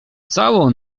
całą